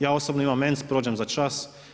Ja osobno imam ENC, prođem za čas.